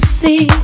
see